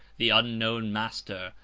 the unknown master,